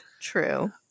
True